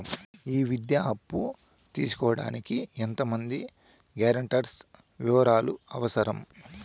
ఈ విద్యా అప్పు తీసుకోడానికి ఎంత మంది గ్యారంటర్స్ వివరాలు అవసరం?